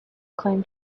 claim